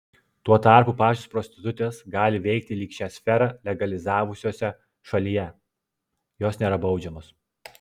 tuo tarpu pačios prostitutės gali veikti lyg šią sferą legalizavusiose šalyje jos nėra baudžiamos